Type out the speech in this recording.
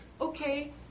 okay